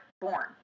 born